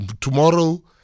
Tomorrow